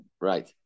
Right